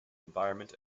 environment